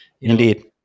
indeed